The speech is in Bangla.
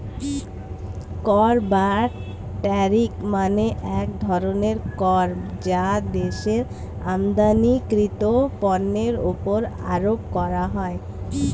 কর বা ট্যারিফ মানে এক ধরনের কর যা দেশের আমদানিকৃত পণ্যের উপর আরোপ করা হয়